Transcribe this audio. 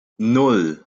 nan